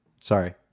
Sorry